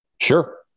Sure